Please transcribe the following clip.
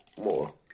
more